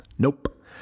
Nope